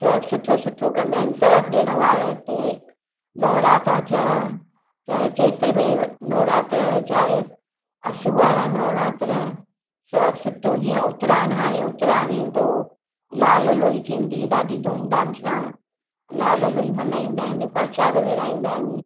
सब सुठो सुठो कंदा आहिनि सभु ॾिणु वारु हिते नवरात्रा थिया चाहे चेत्र में नवरात्रा चाहे असू वारा नवरात्रा सब सुठो जीअं उतराण हाणे उतराण ईंदो लाल लोई थींदी ॾाढी धूमधाम सां लाल लोई मल्हाईंदा आहिनि प्रशाद विराईंदा आहिनि